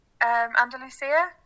Andalusia